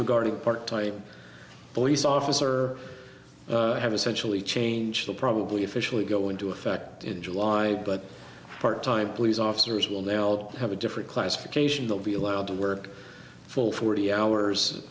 regarding part time police officer have essentially changed the probably officially go into effect in july but part time police officers will now all have a different classification they'll be allowed to work full forty hours